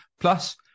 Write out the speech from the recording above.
Plus